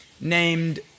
named